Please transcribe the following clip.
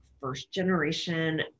first-generation